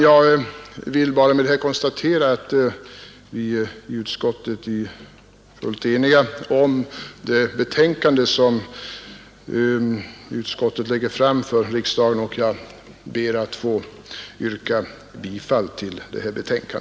Jag vill med det anförda bara konstatera att vi i utskottet är fullt eniga om det betänkande som utskottet lagt fram för kammaren, och jag ber att få yrka bifall till utskottets hemställan.